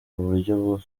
buryo